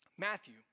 Matthew